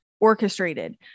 orchestrated